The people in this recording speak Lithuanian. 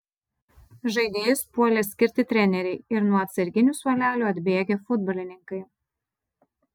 žaidėjus puolė skirti treneriai ir nuo atsarginių suolelio atbėgę futbolininkai